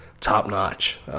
top-notch